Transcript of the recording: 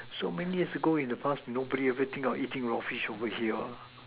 so many years ago in the past nobody think of eating raw fish over here